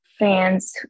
fans